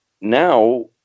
now